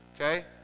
okay